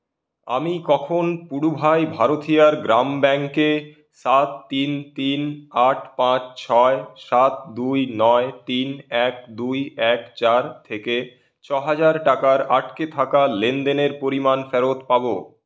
আমি কখন পুডুভাই ভারথিয়ার গ্রাম ব্যাংকে সাত তিন তিন আট পাঁচ ছয় সাত দুই নয় তিন এক দুই এক চার থেকে ছ হাজার টাকার আটকে থাকা লেনদেনের পরিমাণ ফেরত পাব